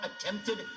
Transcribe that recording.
attempted